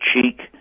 cheek